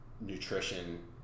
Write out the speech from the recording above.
nutrition